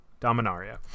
Dominaria